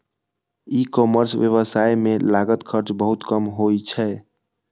ई commerce व्यवसाय मे लागत खर्च बहुत कम होइ छै